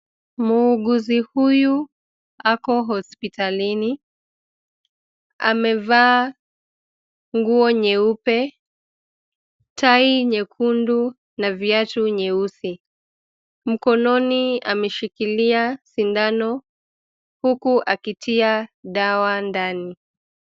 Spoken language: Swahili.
Muuguzi huyu ako hospitalini. Amevaa nguo nyeupe, tai nyekundu na viatu nyeusi. Mkononi ameshikilia sindano huku akitia dawa ndani.